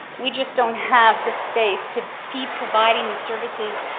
we just don't have the space to be providing the services,